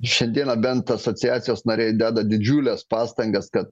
šiandieną bent asociacijos nariai deda didžiules pastangas kad